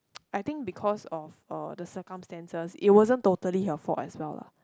I think because of uh the circumstances it wasn't totally your fault as well lah